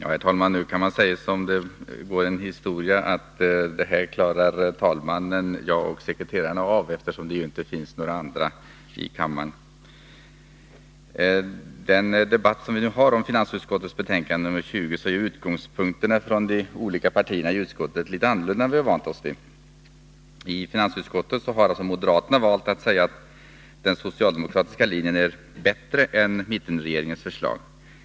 Herr talman! Nu kan jag säga detsamma som någon gjorde vid ett annat tillfälle, enligt en historia: Detta klarar talmannen, jag och sekreterarna av, eftersom det inte finns några andra i kammaren. I den debatt vi nu har om finansutskottets betänkande 20 är utgångspunkterna från de olika partierna i utskottet litet annorlunda än vi har vant oss vid. I finansutskottet har moderaterna valt att säga att den socialdemokratiska linjen är bättre än mittenregeringens förslag.